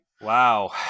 wow